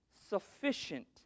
sufficient